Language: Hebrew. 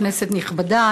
כנסת נכבדה,